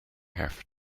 have